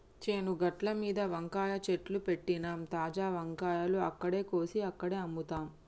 చేను గట్లమీద వంకాయ చెట్లు పెట్టినమ్, తాజా వంకాయలు అక్కడే కోసి అక్కడే అమ్ముతాం